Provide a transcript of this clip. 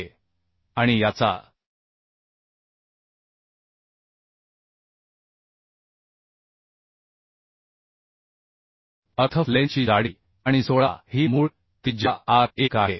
आहे आणि याचा अर्थ फ्लेंजची जाडी आणि 16 ही मूळ त्रिज्या आर 1 आहे